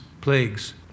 plagues